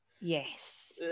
Yes